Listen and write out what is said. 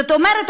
זאת אומרת,